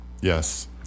Yes